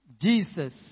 Jesus